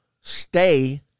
stay